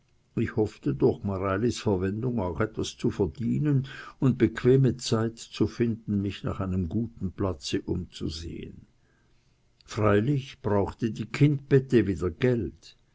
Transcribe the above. ich hoffte durch mareilis verwendung auch etwas zu verdienen und bequeme zeit zu finden mich nach einem guten platze umzusehen freilich brauchte die kindbette wieder geld